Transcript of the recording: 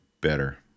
better